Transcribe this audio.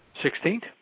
Sixteenth